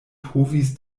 povis